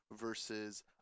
versus